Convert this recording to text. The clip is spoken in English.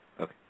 Okay